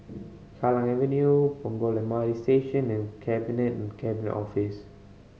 Kallang Avenue Punggol M R T Station and Cabinet Cabinet Office